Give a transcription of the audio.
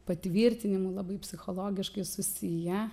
patvirtinimu labai psichologiškai susiję